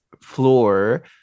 floor